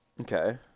Okay